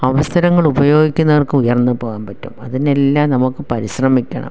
അവസരങ്ങൾ ഉപയോഗിക്കുന്നവർക്ക് ഉയർന്ന പോകാൻ പറ്റും അതിനെല്ലാം നമുക്ക് പരിശ്രമിക്കണം